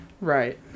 Right